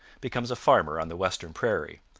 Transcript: becomes a farmer on the western prairie,